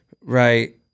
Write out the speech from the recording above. Right